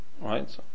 right